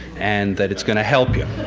and that it's going to help you.